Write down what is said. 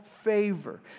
favor